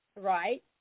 right